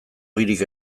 ogirik